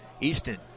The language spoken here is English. Easton